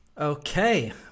Okay